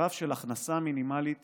רף של הכנסה מינימלית